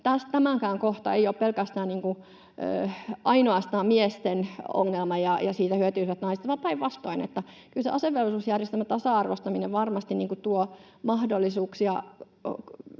tämäkään kohta ei ole pelkästään miesten ongelma ja siitä hyötyisivät naiset vaan päinvastoin. Kyllä asevelvollisuusjärjestelmän tasa-arvoistaminen varmasti tuo mahdollisuuksia